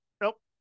nope